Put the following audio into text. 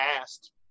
asked